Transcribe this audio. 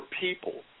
people